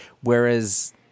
whereas